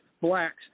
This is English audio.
blacks